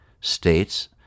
states